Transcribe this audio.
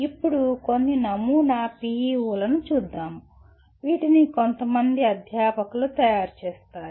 ఇప్పుడు కొన్ని నమూనా PEO లని చూద్దాము వీటిని కొంత మంది అధ్యాపకులు తయారు చేస్తారు